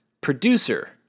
Producer